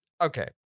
Okay